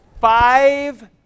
five